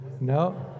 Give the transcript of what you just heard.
No